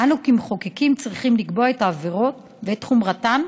אנו כמחוקקים צריכים לקבוע את העבירות ואת חומרתן,